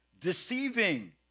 deceiving